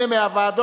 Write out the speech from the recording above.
נמנעים.